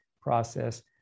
process